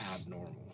abnormal